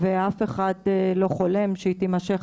ואף אחד לא חולם שהיא תימשך,